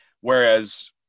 whereas